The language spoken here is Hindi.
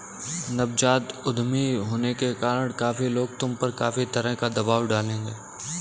नवजात उद्यमी होने के कारण काफी लोग तुम पर काफी तरह का दबाव डालेंगे